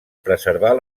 preservar